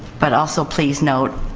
but also, please note,